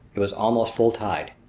it was almost full tide.